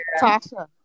Tasha